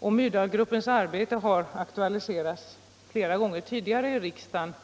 Denna grupps arbete har aktualiserats flera gånger tidigare i riksdagen,